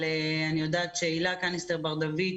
אבל אני יודעת שהילה קניסטר בר-דוד,